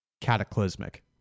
cataclysmic